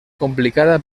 complicada